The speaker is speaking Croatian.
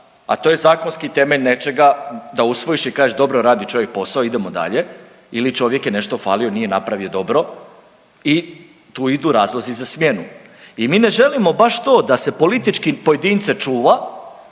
a to je zakonski temelj nečega da usvojiš i kažeš dobro radi čovjek posao idemo dalje ili čovjek je nešto falio nije napravio dobro i tu idu razlozi za smjenu. I mi ne želimo baš to da se politički pojedince čuva